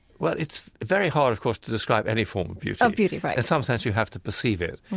well, it's very hard, of course, to describe any form of beauty of beauty, right in some sense you have to perceive it.